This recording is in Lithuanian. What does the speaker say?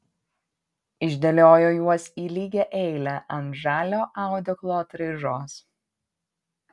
išdėliojo juos į lygią eilę ant žalio audeklo atraižos